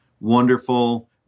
wonderful